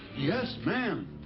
yes, ma'am.